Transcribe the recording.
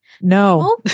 No